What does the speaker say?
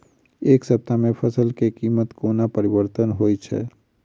एक सप्ताह मे फसल केँ कीमत कोना परिवर्तन होइ छै?